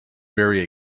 very